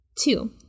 Two